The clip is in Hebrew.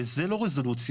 וזה לא רזולוציה.